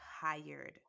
tired